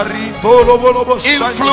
influence